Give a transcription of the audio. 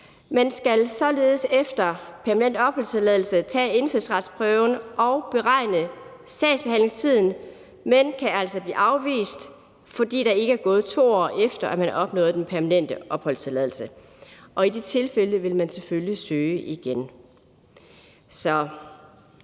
Man skal således efter permanent opholdstilladelse tage indfødsretsprøven og beregne sagsbehandlingstiden, men kan altså blive afvist, fordi der ikke er gået 2 år, efter at man opnåede den permanente opholdstilladelse. Og i de tilfælde vil man selvfølgelig søge igen.